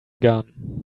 gone